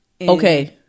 Okay